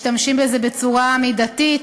ומשתמשים בזה בצורה מידתית,